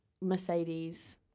Mercedes